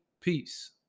Peace